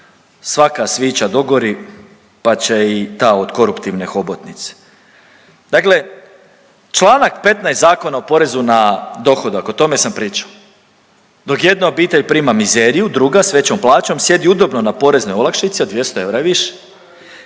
svaka svića dogori pa će i ta od koruptivne hobotnice. Dakle čl. 15 Zakona o porezu na dohodak, o tome sam pričao. Dok jedna obitelj prima mizeriju, druga s većom plaćom sjedi udobno na poreznoj olakšici od 200 eura više